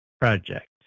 Project